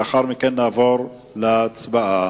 לאחר מכן נעבור להצבעה.